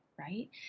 right